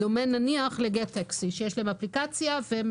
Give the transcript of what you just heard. בדומה נניח לגט טקסי שיש להם אפליקציה והם